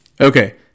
Okay